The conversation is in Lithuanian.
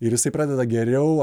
ir jisai pradeda geriau